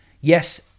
yes